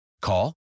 Call